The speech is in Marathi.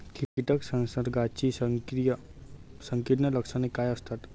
कीटक संसर्गाची संकीर्ण लक्षणे काय असतात?